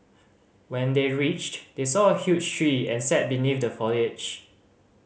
when they reached they saw a huge tree and sat beneath the foliage